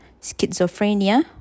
schizophrenia